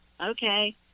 okay